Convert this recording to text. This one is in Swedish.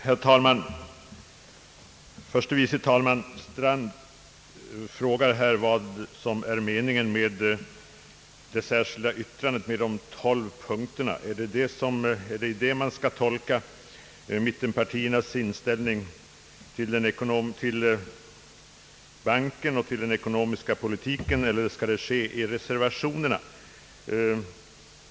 Herr talman! Förste vice talman Strand frågade vad som är meningen med det särskilda yttrandet och dess tolv punkter. Skall det ange mittenpartiernas inställning till banken och den ekonomiska politiken, eller skall man hålla sig till reservationerna?